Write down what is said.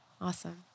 Awesome